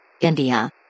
India